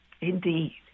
Indeed